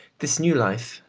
this new life,